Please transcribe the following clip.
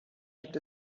gibt